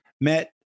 met